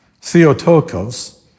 Theotokos